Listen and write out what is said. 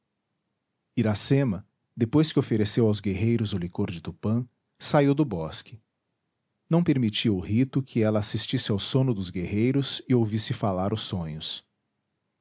iracema depois que ofereceu aos guerreiros o licor de tupã saiu do bosque não permitia o rito que ela assistisse ao sono dos guerreiros e ouvisse falar os sonhos